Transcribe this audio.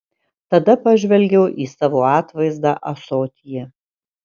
tada pažvelgiau į savo atvaizdą ąsotyje